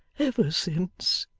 ever since